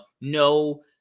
no